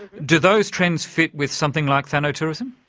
do those trends fit with something like thanatourism?